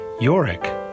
Yorick